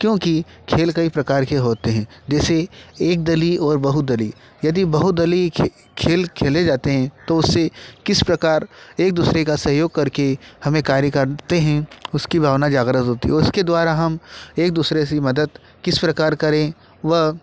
क्योंकि खेल कई प्रकार के होते हैं जैसे एकदली और बहुदली यदि बहुदली खेल खेले जाते हैं तो उससे किस प्रकार एक दूसरे का सहयोग करके हम एक कार्य करते हैं उसकी भावना जागृत होती है उसके द्वारा हम एक दूसरे की मदद किस प्रकार करें वह